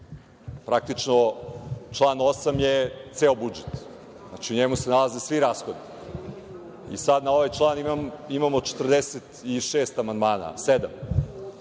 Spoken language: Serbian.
Praktično, član 8. je ceo budžet. U njemu se nalaze svi rashodi. I sad na ovaj član imamo 46, 47 amandmana.